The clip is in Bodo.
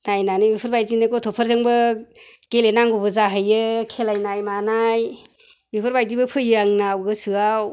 रायनानै बेफोरबायदिनो गथ'फोरजोंबो गेलेनांगौबो जाहैयो खेलायनाय मानाय बेफोरबायदिबो फैयो आंनाव गोसोआव